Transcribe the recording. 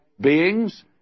beings